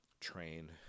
train